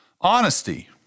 Honesty